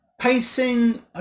pacing